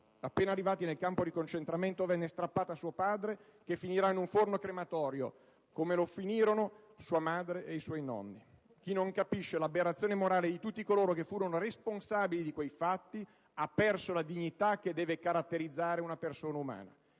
Appena arrivati nel campo di concentramento, venne strappata a suo padre, che finirà in un forno crematorio, come vi finirono sua madre ed i suoi nonni. Chi non capisce l'aberrazione morale di tutti coloro che furono responsabili di quei fatti, ha perso la dignità che deve caratterizzare una persona umana,